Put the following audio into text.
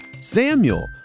Samuel